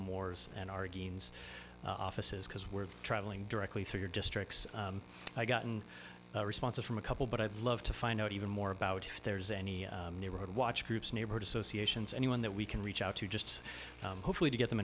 moore's and our gains offices because we're traveling directly through your districts i've gotten responses from a couple but i'd love to find out even more about if there's any neighborhood watch groups neighborhood associations anyone that we can reach out to just hopefully to get them